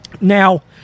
Now